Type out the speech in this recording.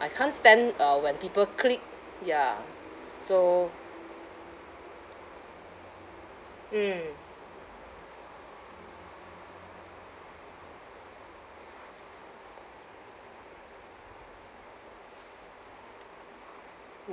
I can't stand uh when people clique ya so mm